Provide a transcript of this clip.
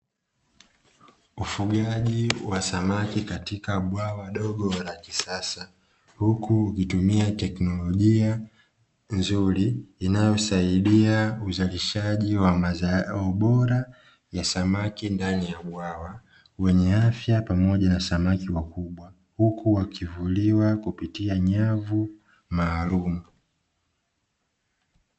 Ufugaji wa samaki katika bwawa dogo la kisasa, huku ikitumia teknolojia nzuri inayosaidia uzalishaji wa mazao bora ya samaki ndani ya bwawa, wenye afya pamoja na samaki wakubwa; huku wakivuliwa kupitia nyavu maalumu.